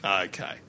okay